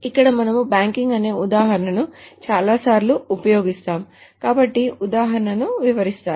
ఇక్కడ మనము బ్యాంకింగ్ అనే ఉదాహరణను చాలాసార్లు చాలాసార్లు ఉపయోగిస్తాము కాబట్టి ఉదాహరణను వివరిస్తాను